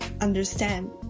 understand